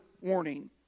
warning